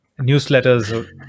newsletters